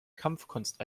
kampfkunst